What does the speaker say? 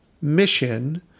mission